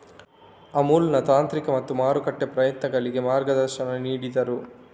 ಅಮುಲ್ನ ತಾಂತ್ರಿಕ ಮತ್ತು ಮಾರುಕಟ್ಟೆ ಪ್ರಯತ್ನಗಳಿಗೆ ಮಾರ್ಗದರ್ಶನ ನೀಡಿದರು